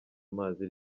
amazi